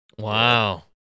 Wow